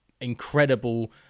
incredible